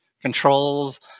controls